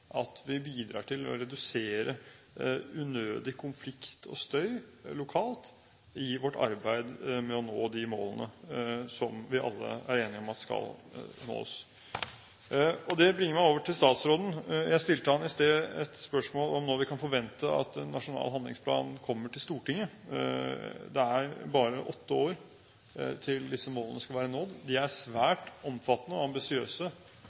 at vi bidrar til å redusere unødig konflikt og støy lokalt i vårt arbeid med å nå de målene vi alle er enige om skal nås. Det bringer meg over til statsråden. Jeg stilte ham i sted et spørsmål om når vi kan forvente at en nasjonal handlingsplan kommer til Stortinget. Det er bare åtte år til disse målene skal være nådd. De er svært omfattende og ambisiøse.